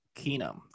Keenum